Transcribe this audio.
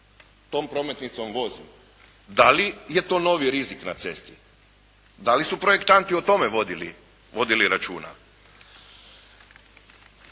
Tom prometnicom vozim. Da li je to novi rizik na cesti? Da li su projektanti o tome vodili računa?